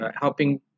helping